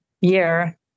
year